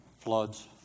floods